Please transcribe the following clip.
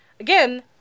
Again